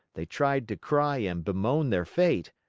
they tried to cry and bemoan their fate.